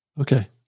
Okay